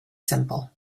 simple